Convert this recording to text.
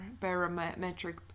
Barometric